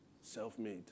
Self-made